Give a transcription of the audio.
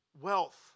Wealth